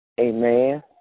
Amen